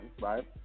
right